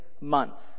months